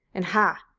and haw!